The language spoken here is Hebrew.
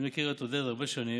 אני מכיר את עודד הרבה שנים.